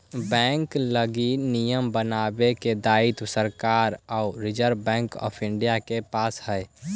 bank लगी नियम बनावे के दायित्व सरकार आउ रिजर्व बैंक ऑफ इंडिया के पास हइ